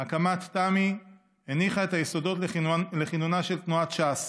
הקמת תמ"י הניחה את היסודות לכינונה של תנועת ש"ס